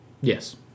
yes